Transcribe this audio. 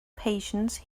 patience